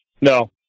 No